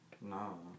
No